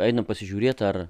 einu pasižiūrėti ar